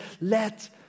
Let